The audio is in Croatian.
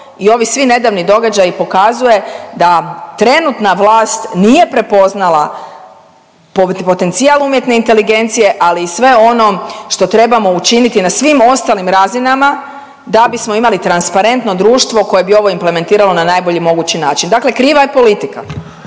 I ovi svi nedavni događaji pokazuju da trenutna vlast nije prepoznala potencijal umjetne inteligencije, ali i sve ono što trebamo učiniti na svim ostalim razinama da bismo imali transparentno društvo koje bi ovo implementiralo na najbolji mogući način. Dakle, kriva je politika.